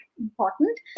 important